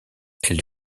elle